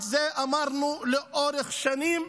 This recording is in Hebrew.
את זה אמרנו לאורך שנים.